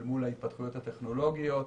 אל מול ההתפתחויות הטכנולוגיות.